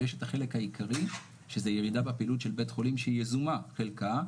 ויש את החלק העיקרי שזה ירידה בפעילות של בית החולים שהיא יזומה חלקה,